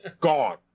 Gone